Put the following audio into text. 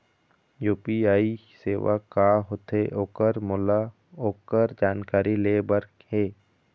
UPI सेवा का होथे ओकर मोला ओकर जानकारी ले बर हे?